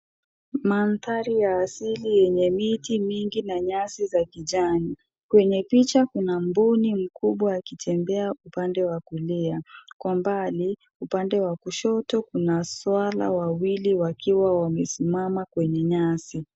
Manthari ya asili yenye miti mingi na nyasi za kijani. Kwenye picha kuna mbuni mkubwa akitembea upande wa kulia, kwa mbali upande wa kushoto kuna swara wawili wakiwa wamesimama kwenye nyasi.